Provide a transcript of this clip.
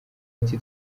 ati